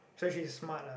so she is smart lah